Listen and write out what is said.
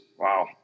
wow